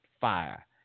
fire